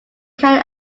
can